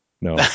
No